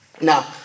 Now